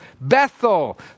Bethel